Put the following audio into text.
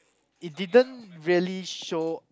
it didn't really show